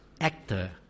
actor